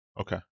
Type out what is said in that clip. Okay